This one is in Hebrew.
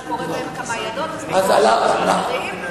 זה קורה בעמק המעיינות וזה קורה במקומות אחרים,